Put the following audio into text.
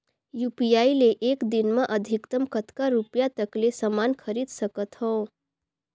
UPI ले एक दिन म अधिकतम कतका रुपिया तक ले समान खरीद सकत हवं?